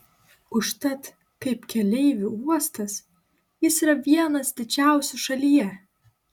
užtat kaip keleivių uostas jis yra vienas didžiausių šalyje